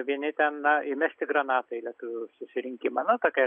vieni ten na įmesti granatą į lietuvių susirinkimą nu tokia